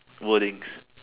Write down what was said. wordings